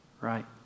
right